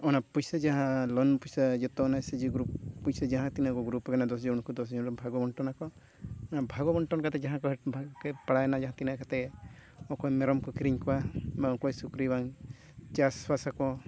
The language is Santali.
ᱚᱱᱟ ᱯᱩᱭᱥᱟᱹ ᱡᱟᱦᱟᱸ ᱞᱳᱱ ᱯᱩᱭᱥᱟᱹ ᱡᱚᱛᱚ ᱚᱱᱟ ᱟᱭ ᱥᱤ ᱡᱤ ᱜᱨᱩᱯ ᱡᱟᱦᱟᱸ ᱛᱤᱱᱟᱹᱜ ᱟᱵᱚ ᱜᱨᱩᱯ ᱨᱮᱱᱟᱜ ᱫᱚᱥ ᱡᱚᱱ ᱨᱮ ᱫᱚᱥ ᱡᱚᱱ ᱠᱚ ᱵᱷᱟᱜᱽ ᱵᱚᱱᱴᱚᱱ ᱟᱠᱚ ᱚᱱᱟ ᱵᱷᱟᱜᱽ ᱵᱚᱱᱴᱚᱱ ᱠᱟᱛᱮᱫ ᱡᱟᱦᱟᱸ ᱠᱚ ᱵᱷᱟᱜᱽ ᱠᱮᱫ ᱯᱟᱲᱟᱣᱮᱱᱟ ᱡᱟᱦᱟᱸ ᱛᱤᱱᱟᱹᱜ ᱠᱟᱛᱮᱫ ᱚᱠᱚᱭ ᱢᱮᱨᱚᱢ ᱠᱚ ᱠᱤᱨᱤᱧ ᱠᱚᱣᱟ ᱚᱠᱚᱭ ᱥᱩᱠᱨᱤ ᱵᱟᱝ ᱪᱟᱥᱵᱟᱥ ᱟᱠᱚ